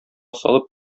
салып